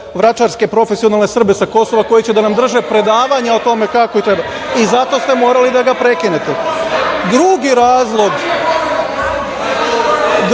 vračarske profesionalne Srbe sa Kosova koji će da nam drže predavanja o tome kako treba i zato ste morali da ga prekinete. Drugi razlog